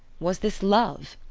was this love?